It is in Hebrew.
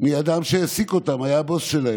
מאדם שהעסיק אותם, היה הבוס שלהם.